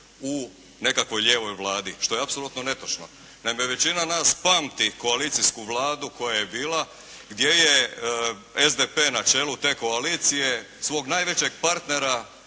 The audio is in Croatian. u nekakvoj lijevoj Vladi što je apsolutno netočno. Naime, većina nas pamti koalicijsku Vladu koja je bila gdje je SDP na čelu te koalicije svog najvećeg partnera